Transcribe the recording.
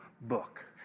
book